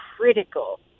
critical